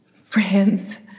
friends